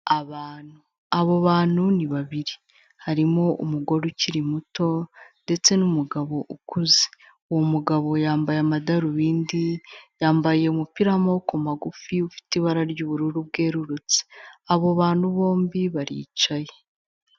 Abantu, abo bantu ni babiri, harimo umugore ukiri muto ndetse n'umugabo ukuze, uwo mugabo yambaye amadarubindi, yambaye umupira w'amaboko magufi ufite ibara ry'ubururu bwerurutse, abo bantu bombi baricaye.